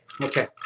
Okay